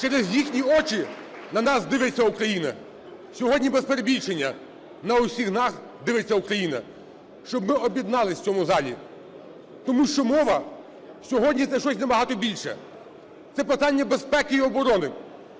Через їхні очі на нас дивиться Україна, сьогодні, без перебільшення, на усіх нас дивиться Україна, щоб ми об'єдналися в цьому залі. Тому що мова сьогодні – це щось набагато більше, це питання безпеки і оброни.